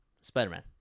Spider-Man